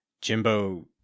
jimbo